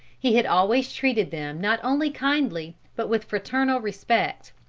he had always treated them not only kindly, but with fraternal respect.